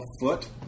foot